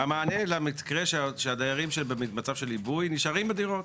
המענה למצב של עיבוי הוא שהדיירים נשארים בדירות.